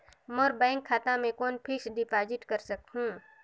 मोर bank खाता मे कौन फिक्स्ड डिपॉजिट कर सकहुं?